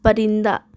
پرندہ